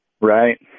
Right